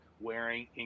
wearing